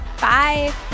Bye